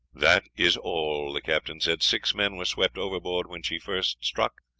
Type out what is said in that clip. that is all, the captain said. six men were swept overboard when she first struck,